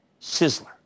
Sizzler